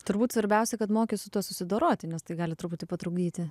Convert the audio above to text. turbūt svarbiausia kad moki su tuo susidoroti nes tai gali truputį patrukdyti